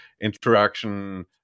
interaction